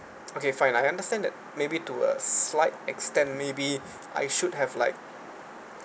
okay fine I understand that maybe to a slight extent maybe I should have like